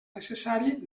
necessari